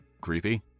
creepy